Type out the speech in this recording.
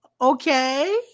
Okay